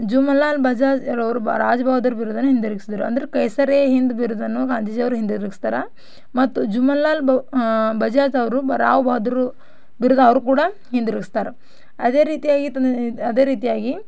ಜುಮ್ಮನ್ ಲಾಲ್ ಬಜಾಜ್ರವ್ರು ಬ ರಾಜ್ ಬಹದ್ದೂರು ಬಿರುದನ್ನು ಹಿಂದಿರುಗಿಸಿದರು ಅಂದ್ರೆ ಕೈಸರ್ ಎ ಹಿಂದ್ ಬಿರುದನ್ನು ಗಾಂಧೀಜಿಯವರು ಹಿಂದಿರುಗಿಸ್ತಾರೆ ಮತ್ತು ಜುಮ್ಮನ್ ಲಾಲ್ ಬೌ ಬಜಾಜ್ ಅವರು ಬ ರಾವ್ ಬಹದ್ದೂರು ಬಿರುದು ಅವ್ರು ಕೂಡ ಹಿಂದಿರುಗಿಸ್ತಾರೆ ಅದೇ ರೀತಿಯಾಗಿ ತನ್ನ ಅದೇ ರೀತಿಯಾಗಿ